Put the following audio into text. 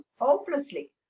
hopelessly